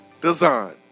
design